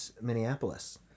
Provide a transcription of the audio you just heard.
Minneapolis